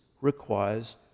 requires